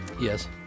Yes